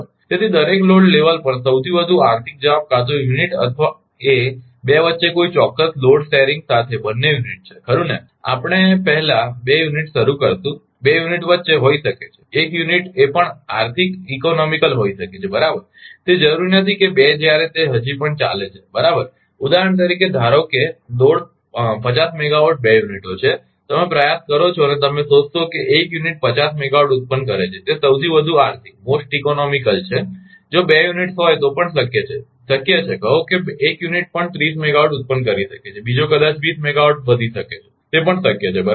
તેથી દરેક load level પર સૌથી વધુ આર્થિક જવાબ કાં તો યુનિટ અથવા એ 2 વચ્ચે કોઇ ચોક્કસ લોડ શેરિંગ સાથે બંને યુનિટ છે ખરુ ને પહેલા આપણે 2 યુનિટ શરૂ કરીશું 2 યુનિટ વચ્ચે હોઈ શકે છે 1 યુનિટ એ પણ આર્થિકસસ્તો હોઇ શકે છે બરાબર તે જરૂરી નથી કે 2 જ્યારે તે હજી પણ ચાલે છે બરાબર ઉદાહરણ તરીકે ધારો કે લોડ 50 મેગાવોટ 2 યુનિટો છે તમે પ્રયાસ કરો છો અને તમે શોધશો કે 1 યુનિટ 50 મેગાવોટ ઉત્પન્ન કરે છે તે સૌથી વધુ આર્થિક છે જો 2 યુનિટ્સ હોય તો પણ શક્ય છે શક્ય છે કહો કે 1 યુનિટ પણ ત્રીસ મેગાવાટ ઉત્પન્ન કરી શકે છે બીજો કદાચ વીસ મેગાવાટ વધી શકે છે તે પણ શક્ય છે બરાબર